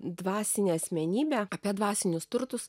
dvasinę asmenybę apie dvasinius turtus